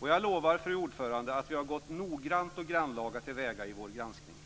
Jag lovar, fru talman, att vi har gått noggrant och grannlaga till väga i vår granskning.